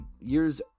years